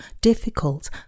difficult